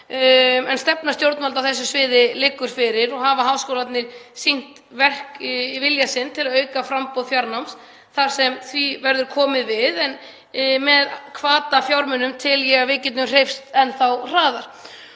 en stefna stjórnvalda á þessu sviði liggur fyrir. Háskólarnir hafa sýnt í verki vilja sinn til að auka framboð fjarnáms þar sem því verður komið við en með hvatafjármunum tel ég að við getum hreyfst enn þá hraðar.